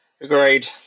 Agreed